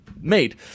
made